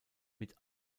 mit